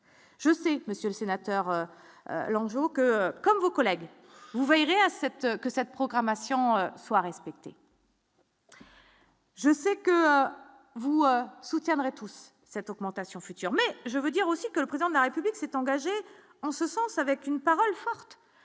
Je sais, Monsieur le Sénateur, Languedoc, comme vos collègues vous verrez accepte que cette programmation soit respectée. Je sais que vous soutiendrez tous cette augmentation future, mais je veux dire aussi que le président de la République s'est engagé en ce sens avec une parole forte,